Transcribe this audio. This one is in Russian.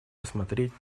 рассмотреть